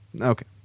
Okay